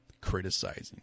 Criticizing